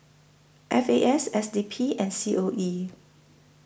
F A S S D P and C O E